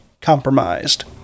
compromised